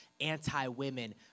anti-women